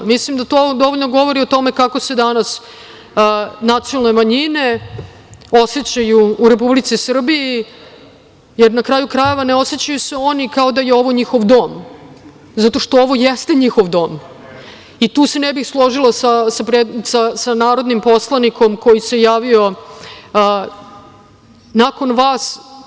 Mislim da to dovoljno govori o tome kako se danas nacionalne manjine osećaju u Republici Srbiji, jer na kraju krajeva ne osećaju se oni kao da je ovo njihov dom, zato što ovo jeste njihov dom, i tu se ne bih složila sa narodnim poslanikom koji se javio nakon vas.